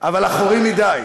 אבל אחורי מדי.